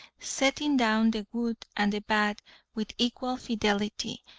setting down the good and the bad with equal fidelity,